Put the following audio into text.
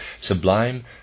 Sublime